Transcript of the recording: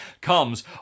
comes